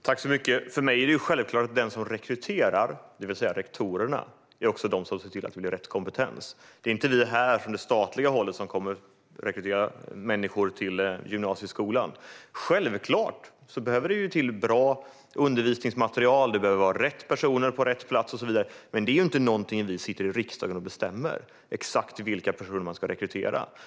Fru talman! För mig är det självklart att de som rekryterar, det vill säga rektorerna, också ska se till att det blir rätt kompetens. Det är inte vi här, från det statliga hållet, som rekryterar människor till gymnasieskolan. Självfallet behövs bra undervisningsmaterial och rätt personer på rätt plats och så vidare, men exakt vilka personer som ska rekryteras är inte något som vi sitter i riksdagen och bestämmer.